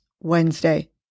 Wednesday